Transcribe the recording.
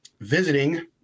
visiting